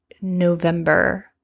November